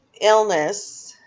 illness